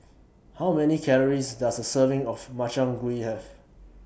How Many Calories Does A Serving of Makchang Gui Have